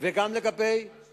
וגם לגבי, אתה עושה צחוק?